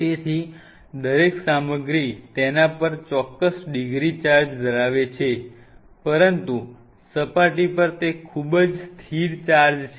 તેથી દરેક સામગ્રી તેના પર ચોક્કસ ડિગ્રી ચાર્જ ધરાવે છે પરંતુ સપાટી પર તે ખૂબ જ સ્થિર ચાર્જ છે